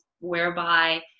whereby